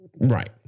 Right